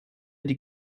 die